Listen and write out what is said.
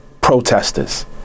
protesters